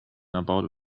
about